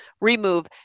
remove